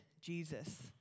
Jesus